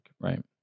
right